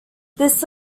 this